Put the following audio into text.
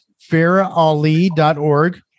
farahali.org